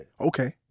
Okay